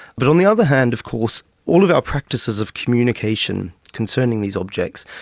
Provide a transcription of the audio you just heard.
but on the other hand of course, all of our practices of communication concerning these objects,